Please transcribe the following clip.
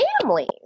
families